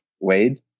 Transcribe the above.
Wade